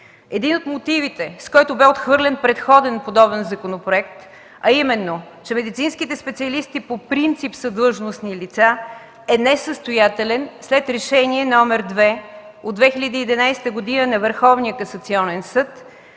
Един от мотивите, с който бе отхвърлен предходен подобен законопроект, а именно, че медицинските специалисти по принцип са длъжностни лица, е несъстоятелен след Решение № 2 от 2011 г. на